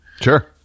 Sure